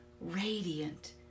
radiant